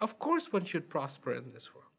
of course what should prosper in this world